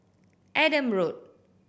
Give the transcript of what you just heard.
Adam Road